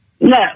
No